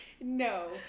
No